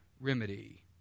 remedy